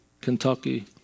Kentucky